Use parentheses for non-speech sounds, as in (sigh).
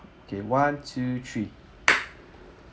okay one two three (noise)